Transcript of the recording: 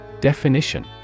Definition